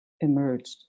emerged